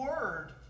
word